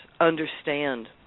understand